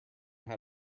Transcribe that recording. how